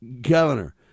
governor